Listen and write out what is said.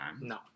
No